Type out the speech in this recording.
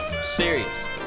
Serious